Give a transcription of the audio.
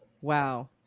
wow